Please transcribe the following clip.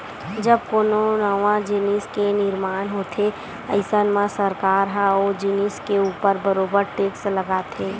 जब कोनो नवा जिनिस के निरमान होथे अइसन म सरकार ह ओ जिनिस के ऊपर बरोबर टेक्स लगाथे